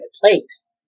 place